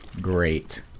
great